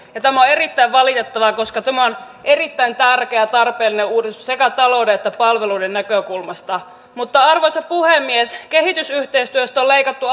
tämä on erittäin valitettavaa koska tämä on erittäin tärkeä ja tarpeellinen uudistus sekä talouden että palveluiden näkökulmasta arvoisa puhemies kehitysyhteistyöstä on leikattu